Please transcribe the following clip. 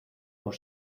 por